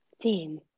team